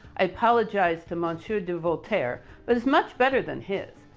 i apologize to monsieur du voltaire, but it's much better than his.